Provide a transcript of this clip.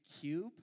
cube